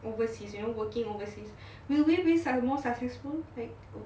overseas you know working overseas will we be success more successful like oh